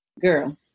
Girl